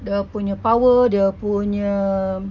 dia punya power dia punya